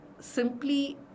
simply